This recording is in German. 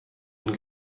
und